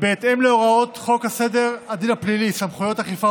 בהתאם להוראות חוק סדר הדין הפלילי (סמכויות אכיפה,